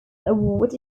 award